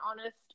honest